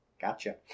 Gotcha